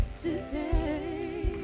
today